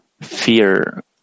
fear